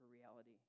reality